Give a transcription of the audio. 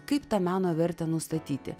kaip tą meno vertę nustatyti